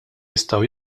jistgħu